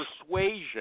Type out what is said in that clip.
persuasion